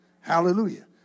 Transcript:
Hallelujah